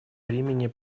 времени